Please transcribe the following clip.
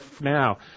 now